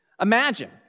Imagine